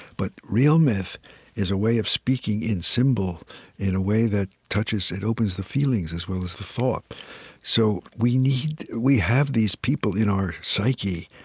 but real myth is a way of speaking in symbol in a way that touches it opens the feelings as well as the thought so we need we have these people in our psyche.